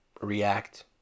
react